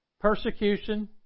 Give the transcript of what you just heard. persecution